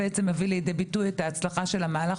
תבאנה לידי ביטוי את ההצלחה של המהלך,